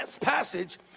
passage